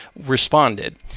responded